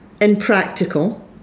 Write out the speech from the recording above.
impractical